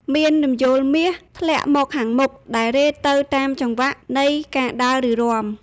មានរំយោលមាសធ្លាក់មកខាងមុខ ដែលរេទៅតាមចង្វាក់នៃការដើរ ឬរាំ។